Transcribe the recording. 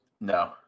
No